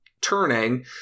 turning